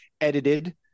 edited